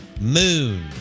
Moon